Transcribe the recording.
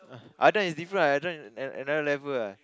Adam is different ah another level ah